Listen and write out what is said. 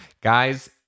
guys